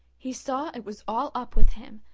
he saw it was all up with him,